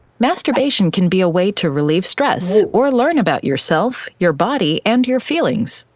masturbation can be a way to relieve stress, or learn about yourself, your body, and your feelings.